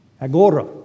agora